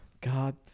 God